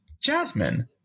Jasmine